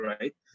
right